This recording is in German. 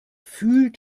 fühlt